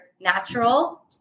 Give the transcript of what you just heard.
natural